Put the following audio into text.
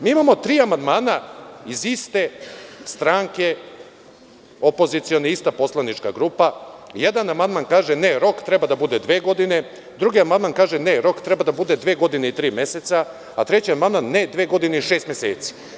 Mi imamo tri amandmana iz iste stranke, opozicione ista poslanička grupa, jedan amandman kaže - ne rok treba da bude dve godine; drugi amandman kaže - ne rok treba da bude dve godine i tri meseca; a treći amandman - ne dve godine i šest meseci.